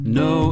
no